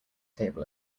table